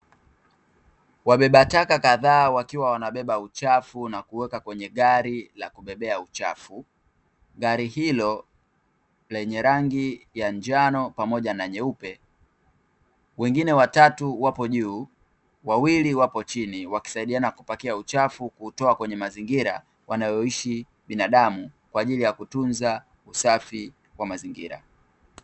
Wabeba taka kadhaa wakiwa wanabeba uchafu na kuweka kwenye gari la kubebea uchafu, gari hilo lenye rangi ya njano pamoja na nyeupe wengine watatu wapo juu, wawili wapo chini, wakisaidiana kupakia uchafu kuutoa kwenye mazingira wanayoishi binadamu kwa ajili ya kutunza usafi wa mazingira.